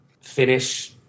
finish